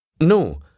No